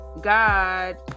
God